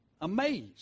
Amazed